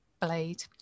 blade